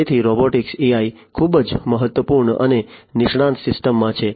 તેથી રોબોટિક્સમાં AI ખૂબ જ મહત્વપૂર્ણ અને નિષ્ણાત સિસ્ટમમાં છે